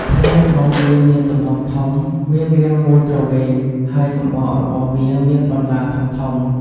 ផ្លែរបស់វាមានទំហំធំ មានរាងមូលទ្រវែង ហើយសម្បករបស់វាមានបន្លាធំៗ។